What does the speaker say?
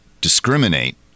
discriminate